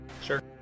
sure